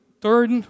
third